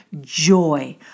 joy